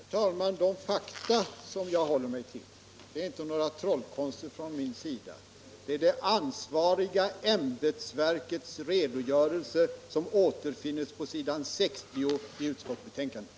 Herr talman! De fakta jag håller mig till innebär inte några trollkonster från min sida, utan de är hämtade från det ansvariga ämbetsverkets redogörelse som återfinns på s. 60 i utskottsbetänkandet.